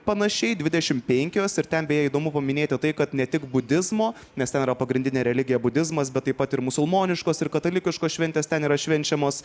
panašiai dvidešim penkios ir ten beje įdomu paminėti tai kad ne tik budizmo nes ten yra pagrindinė religija budizmas bet taip pat ir musulmoniškos ir katalikiškos šventės ten yra švenčiamos